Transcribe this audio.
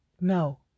No